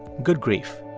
good grief